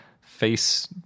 face